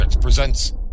presents